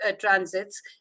transits